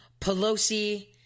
pelosi